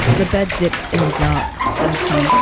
the bed dipped in the dark as he.